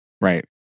right